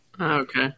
Okay